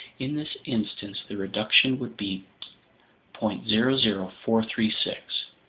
in this instance the reduction would be point zero zero four three six.